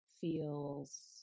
feels